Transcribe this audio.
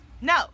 No